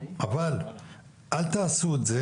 אבל אל תעשו את זה